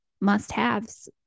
must-haves